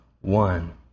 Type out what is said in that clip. one